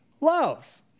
love